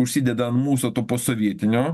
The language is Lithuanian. užsideda ant mūsų to posovietinio